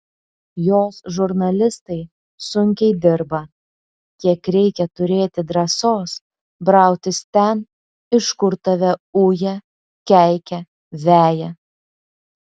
jos žurnalistai sunkiai dirba kiek reikia turėti drąsos brautis ten iš kur tave uja keikia veja